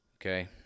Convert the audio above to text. Okay